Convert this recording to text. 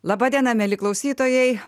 laba diena mieli klausytojai